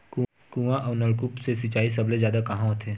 कुआं अउ नलकूप से सिंचाई सबले जादा कहां होथे?